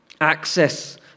Access